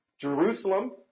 Jerusalem